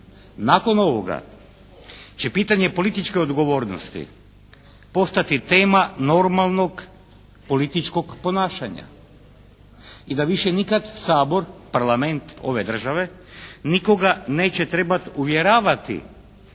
Nakon ovoga će pitanje političke odgovornosti postati tema normalnog političkog ponašanja i da više nikad Sabor, Parlament ove države nikoga neće trebati uvjeravati